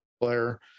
player